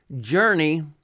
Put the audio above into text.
Journey